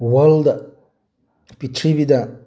world ꯄ꯭ꯔꯤꯊꯤꯕꯤꯗ